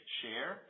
share